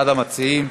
אחד המציעים.